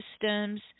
systems